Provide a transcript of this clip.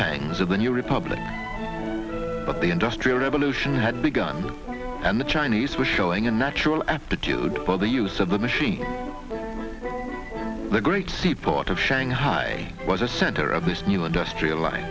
pangs of the new republic but the industrial revolution had begun and the chinese were showing a natural aptitude for the use of the machine the great seaport of shanghai was the center of this new industrialized